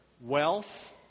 Wealth